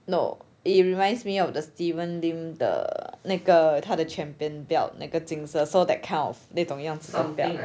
no it reminds me of the steven lim 的那个他的 champion belt 那个金色 so that kind of 那种样子的 belt